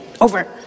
over